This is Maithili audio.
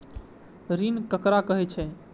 ऋण ककरा कहे छै?